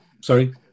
sorry